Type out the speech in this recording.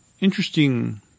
interesting